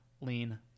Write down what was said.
lean